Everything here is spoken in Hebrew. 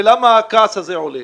למה הכעס הזה עולה?